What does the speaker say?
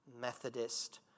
Methodist